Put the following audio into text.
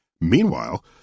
Meanwhile